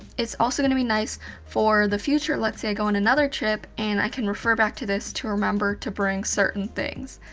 it's also gonna be nice for the future. let's say i go on another trip, and i can refer back to this to remember to bring certain things.